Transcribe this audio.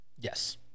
Yes